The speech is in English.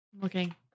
Looking